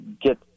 get